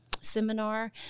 seminar